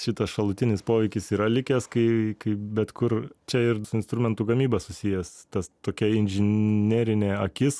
šitas šalutinis poveikis yra likęs kai kai bet kur čia ir instrumentų gamyba susijęs tas tokia inžinerinė akis